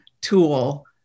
tool